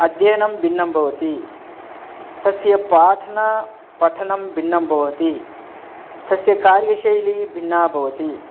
अध्ययनं भिन्नं भवति तस्य पाठना पठनं भिन्नं भवति तस्य कार्यशैली भिन्ना भवति